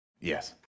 Yes